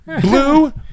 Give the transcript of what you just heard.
Blue